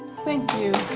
thank you.